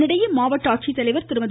இதனிடையே மாவட்ட ஆட்சித்தலைவர் திருமதி